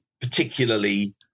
particularly